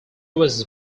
was